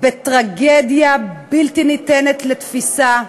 בטרגדיה בלתי ניתנת לתפיסה,